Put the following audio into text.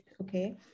okay